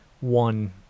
one